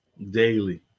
Daily